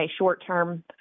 short-term